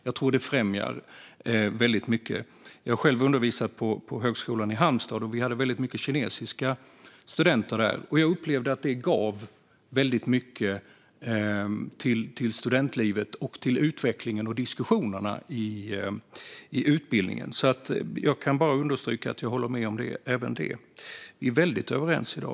Jag tror att det främjar väldigt mycket. Jag har själv undervisat på Högskolan i Halmstad, där vi hade många kinesiska studenter. Jag upplevde att det gav väldigt mycket till studentlivet och till utvecklingen och diskussionerna i utbildningen. Jag kan bara understryka att jag håller med om även det. Vi är väldigt överens i dag!